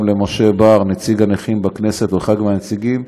גם למשה בר, נציג הנכים בכנסת, אחד הנציגים,